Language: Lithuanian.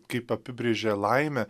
kaip apibrėžė laimę